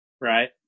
Right